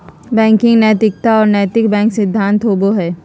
banking नैतिकता और नैतिक बैंक सिद्धांत होबो हइ